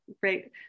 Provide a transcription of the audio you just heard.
great